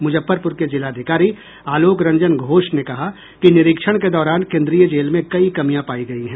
मुजफ्फरपुर के जिलाधिकारी आलोक रंजन घोष ने कहा कि निरीक्षण के दौरान केन्द्रीय जेल में कई कमियां पायी गयी है